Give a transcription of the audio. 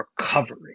recovery